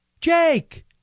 Jake